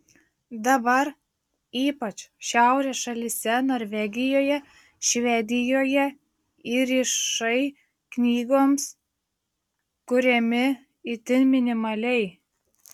dabar ypač šiaurės šalyse norvegijoje švedijoje įrišai knygoms kuriami itin minimaliai